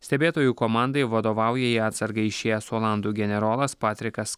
stebėtojų komandai vadovauja į atsargą išėjęs olandų generolas patrikas